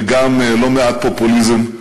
וגם לא מעט פופוליזם.